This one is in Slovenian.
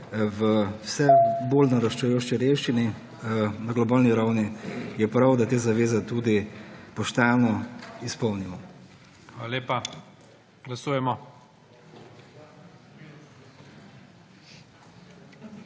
v vse bolj naraščajoči revščini na globalni ravni, je prav, da te zaveze tudi pošteno izpolnimo. **PREDSEDNIK